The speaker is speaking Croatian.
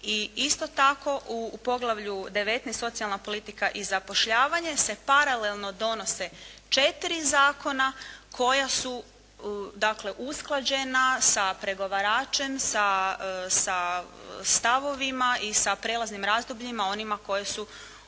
I isto tako, u poglavlju 19 – Socijalna politika i zapošljavanje se paralelno donose četiri zakona koja su dakle usklađena sa pregovaračem, sa stavovima i sa prijelaznim razdobljima onima koja su